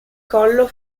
collo